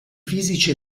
fisici